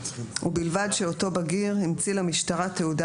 ובלבד שאותו בגיר המציא למשטרה תעודה